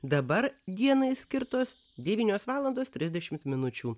dabar dienai skirtos devynios valandos trisdešim minučių